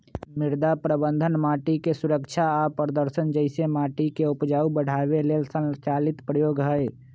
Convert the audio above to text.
मृदा प्रबन्धन माटिके सुरक्षा आ प्रदर्शन जइसे माटिके उपजाऊ बढ़ाबे लेल संचालित प्रयोग हई